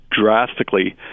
drastically